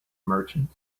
merchant